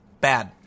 bad